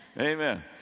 Amen